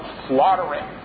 slaughtering